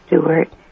Stewart